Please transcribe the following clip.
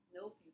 Nope